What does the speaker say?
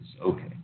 Okay